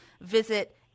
visit